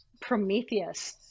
Prometheus